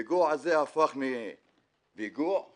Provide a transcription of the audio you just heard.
הפיגוע הזה הפך מפיגוע לאלוהים,